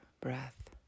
breath